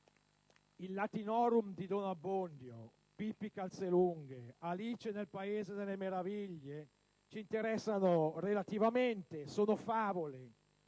il *latinorum* di Don Abbondio, Pippi calzelunghe, Alice nel paese delle meraviglie, ci interessano relativamente; sono favole: